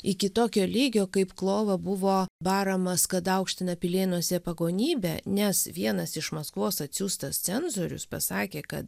iki tokio lygio kaip klova buvo baramas kad aukština pilėnuose pagonybę nes vienas iš maskvos atsiųstas cenzorius pasakė kad